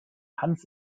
hans